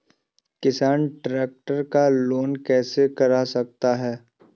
किसान ट्रैक्टर का लोन कैसे करा सकता है?